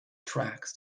tracks